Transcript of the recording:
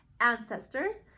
ancestors